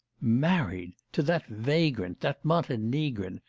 married! to that vagrant, that montenegrin!